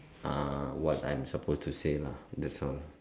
ah what I'm supposed to say lah that's all